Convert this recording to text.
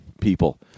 people